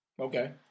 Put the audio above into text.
Okay